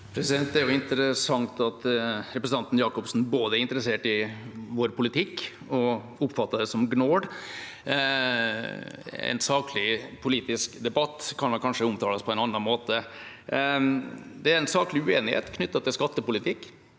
Det er interessant at re- presentanten Jacobsen både er interessert i vår politikk og oppfatter det som gnål. En saklig politisk debatt kan vel kanskje omtales på en annen måte. Det er en saklig uenighet knyttet til skattepolitikk.